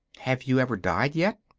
have you ever died yet?